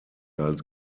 als